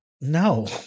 No